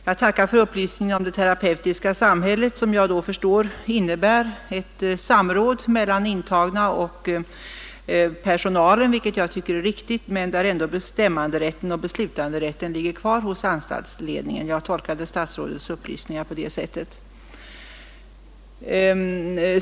Jag tackar för upplysningen om det terapeutiska samhället, som jag då förstår innebär ett samråd mellan intagna och personal, vilket jag tycker är riktigt, men där bestämmanderätten och beslutanderätten ändå ligger kvar hos anstaltsledningen. Jag tolkade statsrådets upplysningar på det sättet.